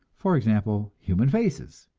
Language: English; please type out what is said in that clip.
for example, human faces,